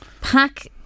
pack